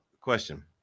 Question